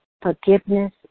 forgiveness